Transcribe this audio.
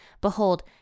Behold